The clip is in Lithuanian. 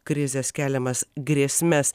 krizės keliamas grėsmes